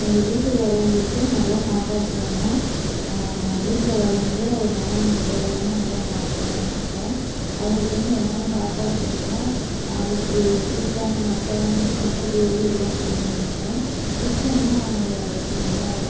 எங்கள் வீட்டுக்கு வரவர்களுக்கு நல்லா சாப்பாடு போடணும் வீட்டில் வரவங்க மனம் கோணாமா நல்ல சாப்பிட்டு போகணும்னு நினைப்பேன் அவங்களுக்கு வந்து என்னென்ன சாப்பாடு செய்யணுனால் அவங்களுக்கு சிக்கன் மட்டன் முட்டை கிரேவி இதெல்லாம் செய்யணும்னு நினைப்பேன் சிக்கன்னால் அவங்களுக்கு நல்லா